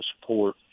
support